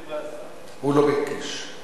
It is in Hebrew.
הוא לא ביקש להסתפק.